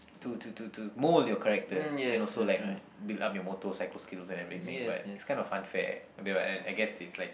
to to to to mould your character and also like build up your motor psycho skills and everything but it's kind of unfair that I I guess it's like